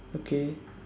okay